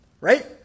Right